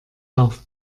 darf